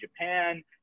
Japan